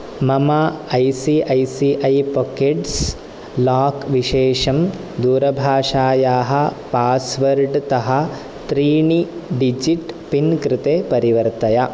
मम I C I C I pockets lock विशेषं दूरभाषायाः पास्वर्ड्तः त्रीणि डिजिट् पिन् कृते परिवर्तय